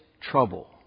trouble